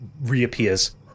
reappears